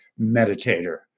meditator